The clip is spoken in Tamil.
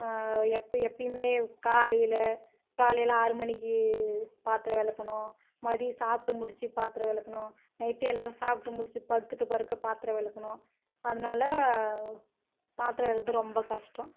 எப்போ எப்போயுமே காலையில் காலையில் ஆறு மணிக்கி பாத்திரம் விளக்கணும் மதியம் சாப்பிட்டு முடிச்சு பாத்திரம் விளக்கணும் நைட் எல்லாரும் சாப்பிடு முடிச்சு படுத்துவிட்ட பிறகு பாத்திரம் விளக்கணும் அதனால் பாத்திரம் விளக்குறது ரொம்ப கஷ்டம்